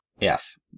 Yes